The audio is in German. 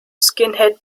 skinhead